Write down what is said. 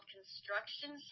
Construction